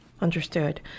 Understood